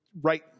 right